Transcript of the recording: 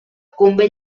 convé